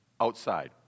Outside